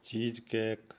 cheese cake